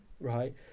right